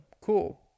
Cool